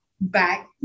back